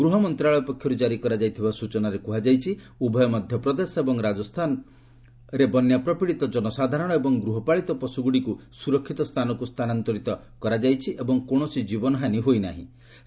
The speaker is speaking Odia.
ଗୃହ ମନ୍ତ୍ରଣାଳୟ ପକ୍ଷର୍ କାରି କରାଯାଇଥିବା ସୂଚନାରେ କୁହାଯାଇଛି ଉଭୟ ମଧ୍ୟପ୍ରଦେଶ ଓ ରାଜସ୍ଥାନ ଦ୍ୱାରା ବନ୍ୟା ପ୍ରପୀଡିତ କନସାଧାରଣ ଏବଂ ଗୃହପାଳିତ ପଶୁଗୁଡିକୁ ସୁରକ୍ଷିତ ସ୍ଥାନକୁ ସ୍ଥାନାନ୍ତରିତ କରିଛନ୍ତି ଏବଂ କୌଣସି ଜୀବନାହାନୀ ହୋଇନ ଥିବା ଜଣାପଡିଛି